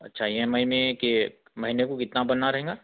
اچھا E M I میں کے مہینے کو کتنا بنا رہیں گا